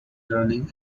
learning